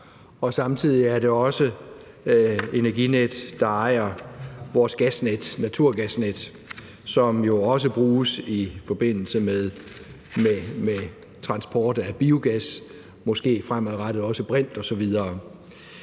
og samtidig er det også Energinet, der ejer vores naturgasnet, som jo også bruges i forbindelse med transport af biogas, måske fremadrettet også brint osv.